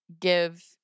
give